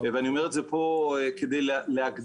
ואני אומר את זה כאן כדי להגדיל,